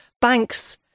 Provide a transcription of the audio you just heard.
banks